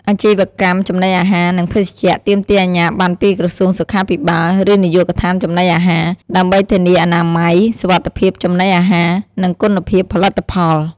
អាជីវកម្មចំណីអាហារ និងភេសជ្ជៈ ទាមទារអាជ្ញាប័ណ្ណពីក្រសួងសុខាភិបាល ឬនាយកដ្ឋានចំណីអាហារ ដើម្បីធានាអនាម័យ សុវត្ថិភាពចំណីអាហារ និងគុណភាពផលិតផល។